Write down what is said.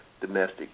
domestic